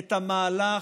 את המהלך,